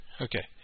Okay